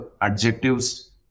adjectives